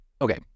Okay